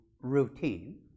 routine